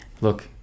Look